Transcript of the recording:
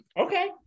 Okay